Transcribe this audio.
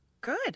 Good